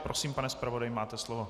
Prosím, pane zpravodaji, máte slovo.